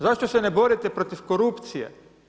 Zašto se ne borite protiv korupcije?